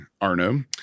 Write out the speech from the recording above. Arno